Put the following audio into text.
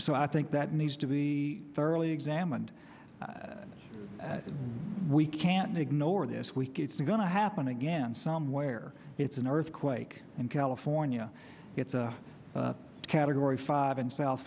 so i think that needs to be thoroughly examined we can't ignore this week it's going to happen again somewhere it's an earthquake in california it's a category five in south